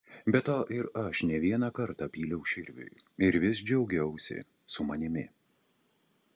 be to ir aš ne vieną kartą pyliau širviui ir vis džiaugiausi su manimi